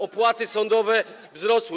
Opłaty sądowe wzrosły.